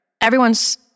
everyone's